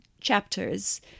chapters